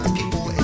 people